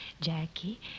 Jackie